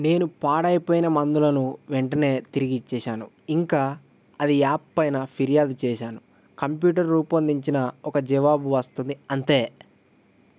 నేను పాడైపోయిన మందులను వెంటనే తిరిగి ఇచ్చేశాను ఇంకా అది యాప్ పైన ఫిర్యాదు చేసాను కంప్యూటర్ రూపొందించిన ఒక జవాబు వస్తుంది అంతే